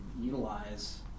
utilize